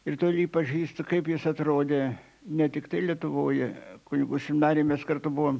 ir toli jį pažįstu kaip jis atrodė ne tiktai lietuvoje kunigų seminarijoj mes kartu buvom